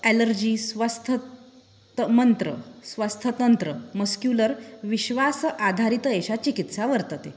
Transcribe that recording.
allergies स्वस्थता मन्त्रः स्वस्थतन्त्रम् मस्क्युलर् विश्वासः आधारित एषा चिकित्सा वर्तते